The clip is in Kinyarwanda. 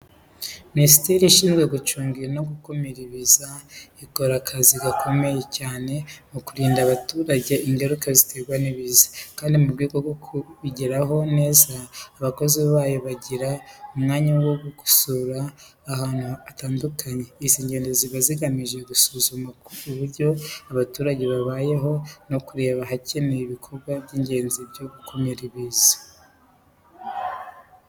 Minisiteri ishinzwe gucunga no gukumira ibiza ikora akazi gakomeye cyane mu kurinda abaturage ingaruka ziterwa n'ibiza, kandi mu rwego rwo kubigeraho neza, abakozi bayo bagira umwanya wo gusura ahantu hatandukanye. Izi ngendo ziba zigamije gusuzuma uko abaturage babayeho, no kureba ahakenewe ibikorwa by'ingenzi byo gukumira ibiza.